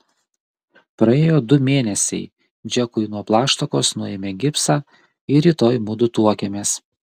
praėjo du mėnesiai džekui nuo plaštakos nuėmė gipsą ir rytoj mudu tuokiamės